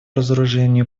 разоружению